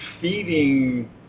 feeding